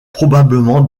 probablement